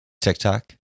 TikTok